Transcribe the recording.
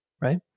right